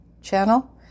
channel